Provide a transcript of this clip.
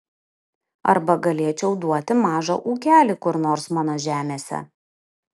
arba galėčiau duoti mažą ūkelį kur nors mano žemėse